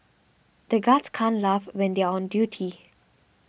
the guards can't laugh when they are on duty